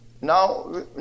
Now